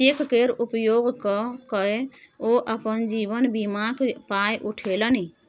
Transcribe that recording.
cheque केर उपयोग क कए ओ अपन जीवन बीमाक पाय पठेलनि